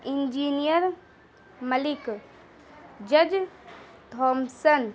engineer Malik جج Thomson